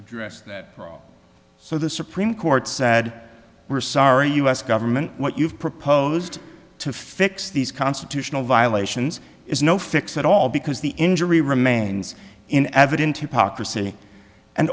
addressed that so the supreme court said we're sorry u s government what you've proposed to fix these constitutional violations is no fix at all because the injury remains in eviden